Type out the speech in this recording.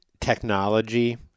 technology